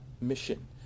mission